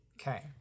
Okay